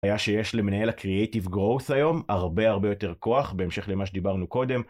היה שיש למנהל הקריאיטיב growth היום הרבה הרבה יותר כוח בהמשך למה שדיברנו קודם.